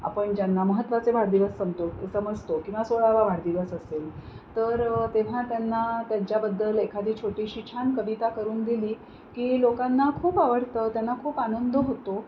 आपण ज्यांना महत्वाचे वाढदिवस समतो समजतो किंवा सोळावा वाढदिवस असेल तर तेव्हा त्यांना त्यांच्याबद्दल एखादी छोटीशी छान कविता करून दिली की लोकांना खूप आवडतं त्यांना खूप आनंद होतो